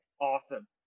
Awesome